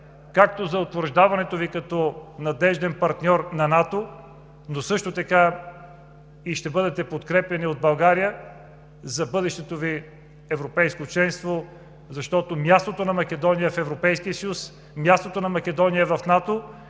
както за утвърждаването Ви като надежден партньор на НАТО, но също така ще бъдете подкрепяни от България за бъдещето Ви европейско членство, защото мястото на Македония е в Европейския съюз, мястото на Македония е в НАТО.